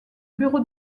bureau